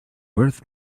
worth